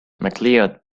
mcleod